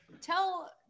tell